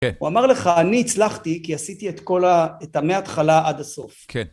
הוא אמר לך, אני הצלחתי כי עשיתי את כל ה... את מהתחלה עד הסוף. כן.